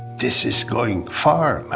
this is going far, man.